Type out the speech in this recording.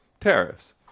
Tariffs